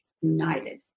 united